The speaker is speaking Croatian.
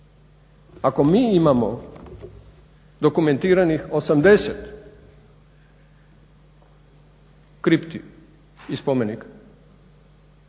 Ako mi imamo dokumentiranih 80 kripti i spomenika